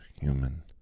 human